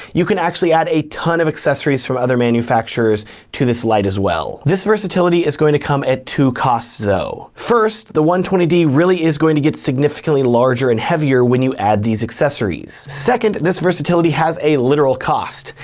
you can actually add a ton of accessories from other manufacturers to this light as well. this versatility is going to come at two costs though. first, the one hundred and twenty d really is going to get significantly larger and heavier when you add these accessories. second, this versatility has a literal cost.